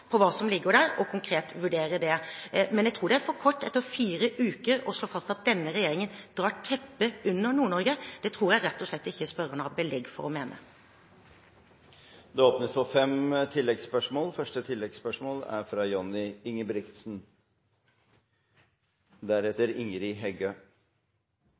på hva som ligger der, og konkret vurdere det. Men jeg tror det er for kort etter fire uker å slå fast at denne regjeringen drar teppet under Nord-Norge. Det tror jeg rett og slett ikke spørreren har belegg for å mene. Det blir gitt anledning til fem oppfølgingsspørsmål – først Johnny Ingebrigtsen.